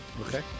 Okay